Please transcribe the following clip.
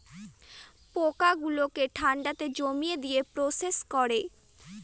পোকা গুলোকে ঠান্ডাতে জমিয়ে দিয়ে প্রসেস করে